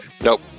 Nope